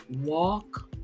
Walk